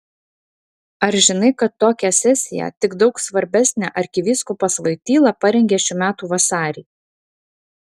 ar žinai kad tokią sesiją tik daug svarbesnę arkivyskupas voityla parengė šių metų vasarį